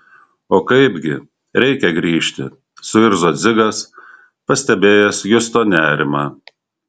o kaipgi reikia grįžti suirzo dzigas pastebėjęs justo nerimą